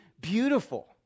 beautiful